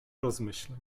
rozmyślań